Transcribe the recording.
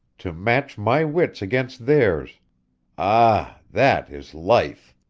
to match my wits against theirs ah, that is life!